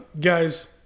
Guys